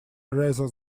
rather